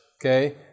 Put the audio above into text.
Okay